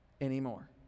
Anymore